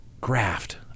graft